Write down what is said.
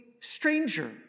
stranger